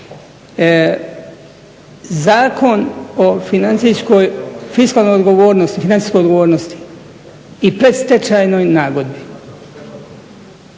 Zakon o financijskoj fiskalnoj odgovornosti, financijskoj odgovornosti i predstečajnoj nagodbi